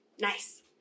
Nice